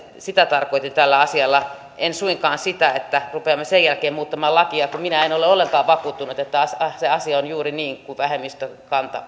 sitä tarkoitin tällä asialla en suinkaan sitä että rupeamme sen jälkeen muuttamaan lakia kun minä en ole ollenkaan vakuuttunut siitä että se asia on juuri niin kuin vähemmistön kanta